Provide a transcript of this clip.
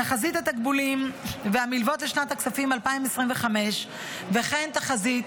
תחזית התקבולים והמלוות לשנת הכספים 2025 וכן תחזית